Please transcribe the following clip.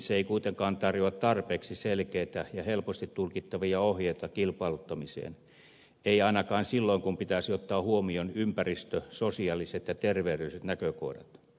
se ei kuitenkaan tarjoa tarpeeksi selkeitä ja helposti tulkittavia ohjeita kilpailuttamiseen ei ainakaan silloin kun pitäisi ottaa huomioon ympäristö sosiaaliset ja terveydelliset näkökohdat